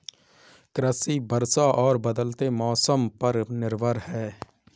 कृषि वर्षा और बदलते मौसम पर निर्भर है